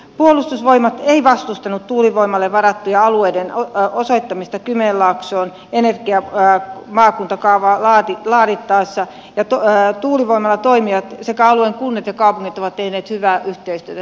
puolustusvoimat ei vastustanut tuulivoimalle varattujen alueiden osoittamista kymenlaaksoon energiamaakuntakaavaa laadittaessa ja tuulivoimalatoimijat sekä alueen kunnat ja kaupungit ovat tehneet hyvää yhteistyötä